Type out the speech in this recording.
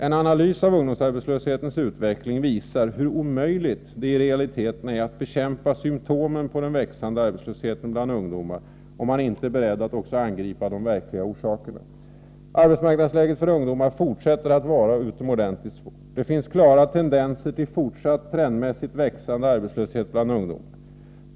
En analys av ungdomsarbetslöshetens utveckling visar hur omöjligt det i realiteten är att bekämpa symptomen på den växande arbetslösheten bland ungdomar, om man inte är beredd att också angripa de verkliga orsakerna. Arbetsmarknadsläget för ungdomar fortsätter att vara utomordentligt svårt. Det finns klara tendenser till fortsatt trendmässigt växande arbetslöshet bland ungdomarna.